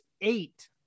eight